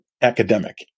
academic